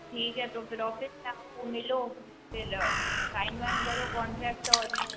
ठीक है तो फिर ऑफिस में आओ मिलो फिर साइन वाइन करो कॉन्ट्रैक्ट और